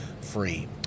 free